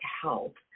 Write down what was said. help